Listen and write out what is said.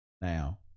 Now